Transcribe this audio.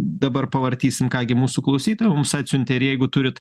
dabar pavartysim ką gi mūsų klausytojai mums atsiuntė ir jeigu turit